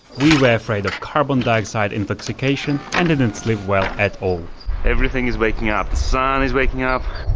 we were afraid of carbon dioxide intoxication and didn't sleep well at all everything is waking up sun is waking up,